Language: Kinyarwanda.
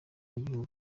igihugu